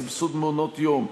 סבסוד מעונות-יום,